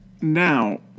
Now